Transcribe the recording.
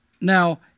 Now